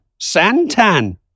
Santan